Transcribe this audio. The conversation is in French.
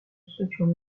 structure